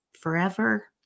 forever